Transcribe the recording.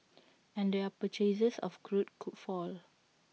and their purchases of crude could fall